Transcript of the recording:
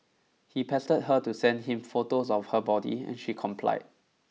he pestered her to send him photos of her body and she complied